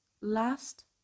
last